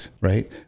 Right